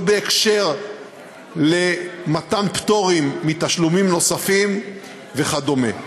לא בהקשר מתן פטורים מתשלומים נוספים וכדומה.